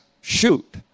shoot